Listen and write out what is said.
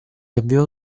avviò